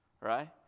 right